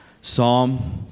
Psalm